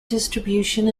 distribution